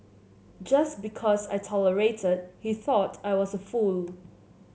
just because I tolerated he thought I was a fool